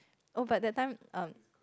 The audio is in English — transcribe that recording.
oh but that time um